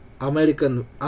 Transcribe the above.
American